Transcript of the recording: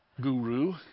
guru